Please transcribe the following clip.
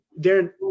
Darren